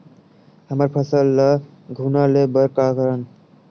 हमर फसल ल घुना ले बर का करन?